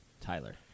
Tyler